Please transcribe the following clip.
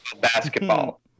basketball